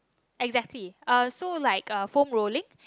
exactly uh so like uh foam rolling